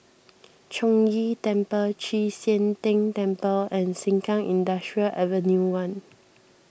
Chong Ghee Temple Chek Sian Tng Temple and Sengkang Industrial Avenue one